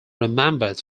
remembered